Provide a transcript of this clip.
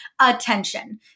attention